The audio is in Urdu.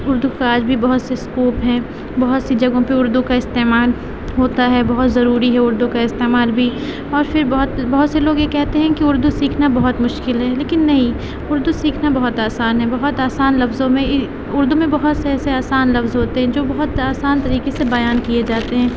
اردو کا آج بھی بہت سے اسکوپ ہیں بہت سی جگہوں پہ اردو کا استعمال ہوتا ہے بہت ضروری ہے اردو کا استعمال بھی اور پھر بہت بہت سے لوگ یہ کہتے ہیں کہ اردو سیکھنا بہت مشکل ہے لیکن نہیں اردو سیکھنا بہت آسان ہے بہت آسان لفظوں میں اردو میں بہت سے ایسے آسان لفظ ہوتے ہیں جو بہت آسان طریقے سے بیان کیے جاتے ہیں